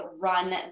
run